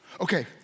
Okay